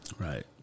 Right